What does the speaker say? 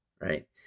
right